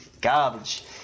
Garbage